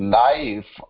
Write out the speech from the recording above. life